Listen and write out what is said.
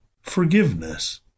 Forgiveness